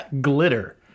glitter